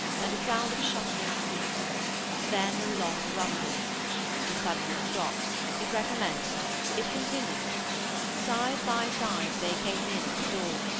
and a sound of shuffling feet then a long rumble it suddenly stopped it recommenced it continued side by side they came in at the door,